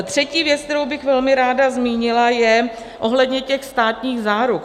Třetí věc, kterou bych velmi ráda zmínila, je ohledně těch státních záruk.